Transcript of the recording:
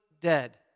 dead